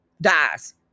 dies